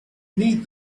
need